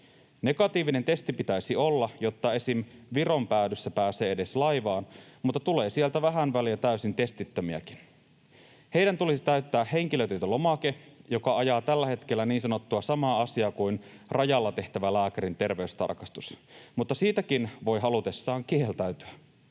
Negatiivinen testi pitäisi olla, jotta esim. Viron päädyssä pääsee edes laivaan, mutta tulee sieltä vähän väliä täysin testittömiäkin. Heidän tulisi täyttää henkilötietolomake (joka ajaa tällä hetkellä niin sanottua samaa asiaa kuin ’rajalla tehtävä lääkärin terveystarkastus’), mutta siitäkin voi halutessaan kieltäytyä.